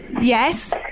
Yes